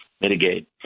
mitigate